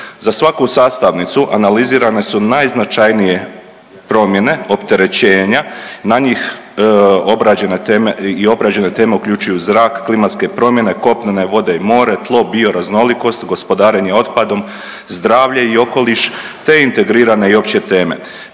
Za svaku sastavnicu analizirane su najznačajnije promjene opterećenja. Na njih i obrađene teme uključuju zrak, klimatske promjene, kopnene vode i more, tlo, bioraznolikost, gospodarenje otpadom zdravlje i okoliš, te integrirane i opće teme.